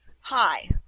Hi